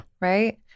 right